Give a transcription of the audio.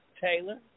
Taylor